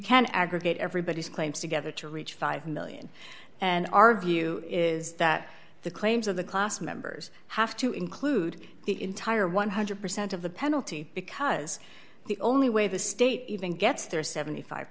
can aggregate everybody's claims together to reach five million dollars and our view is that the claims of the class members have to include the entire one hundred percent of the penalty because the only way the state even gets their seventy five